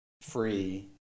free